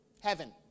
Heaven